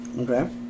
Okay